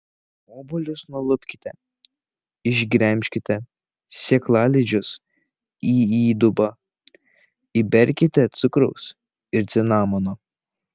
obuolius nulupkite išgremžkite sėklalizdžius į įdubą įberkite cukraus ir cinamono